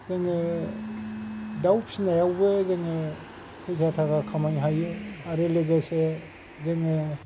जोङो दाव फिनायावबो जोङो फैसा थाखा खामायनो हायो आरो लोगोसे जोङो